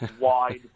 wide